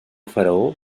faraó